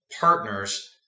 partners